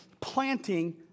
planting